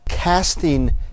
casting